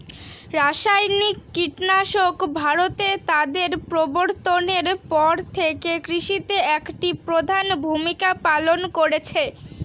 রাসায়নিক কীটনাশক ভারতে তাদের প্রবর্তনের পর থেকে কৃষিতে একটি প্রধান ভূমিকা পালন করেছে